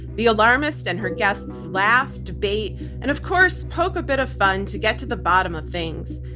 the alarmist and her guests laugh, debate and of course poke a bit of fun to get to the bottom of things.